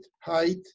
height